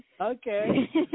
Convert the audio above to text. Okay